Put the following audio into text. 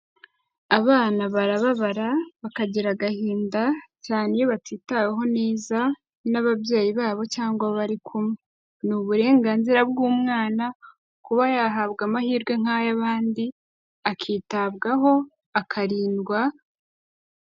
Abana barababara, bakagira agahinda, cyane iyo batitaweho neza n'ababyeyi babo cyangwa bari kumwe. ni uburenganzira bw'umwana kuba yahabwa amahirwe nk'ayabandi akitabwaho akarindwa,..